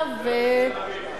ובתל-אביב.